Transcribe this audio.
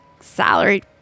salary